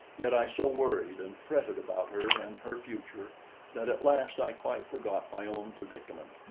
yet i so worried and fretted about her and her future that at last i quite forgot my own predicament,